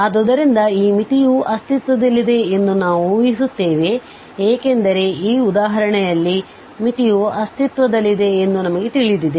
ಆದ್ದರಿಂದ ಈ ಮಿತಿಯು ಅಸ್ತಿತ್ವದಲ್ಲಿದೆ ಎಂದು ನಾವು ಊಹಿಸುತ್ತೇವೆ ಏಕೆಂದರೆ ಈ ಉದಾಹರಣೆಯಲ್ಲಿ ಮಿತಿಯು ಅಸ್ತಿತ್ವದಲ್ಲಿದೆ ಎಂದು ನಮಗೆ ತಿಳಿದಿದೆ